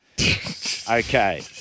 Okay